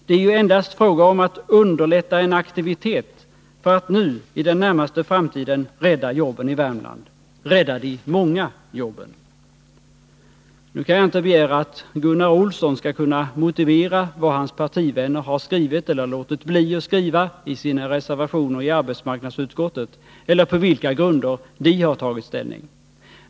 Det är ju endast fråga om att underlätta en aktivitet för att nu i den närmaste framtiden rädda jobben i Värmland, rädda de många jobben. Jag kan inte begära att Gunnar Olsson skall kunna motivera vad hans partivänner har skrivit eller låtit bli att skriva i sina reservationer i arbetsmarknadsutskottet eller redogöra för på vilka grunder de har tagit ställning.